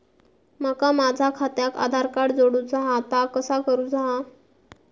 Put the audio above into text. माका माझा खात्याक आधार कार्ड जोडूचा हा ता कसा करुचा हा?